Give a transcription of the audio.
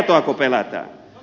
tietoako pelätään